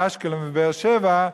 באשקלון ובבאר-שבע,